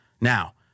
Now